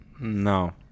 no